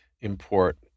import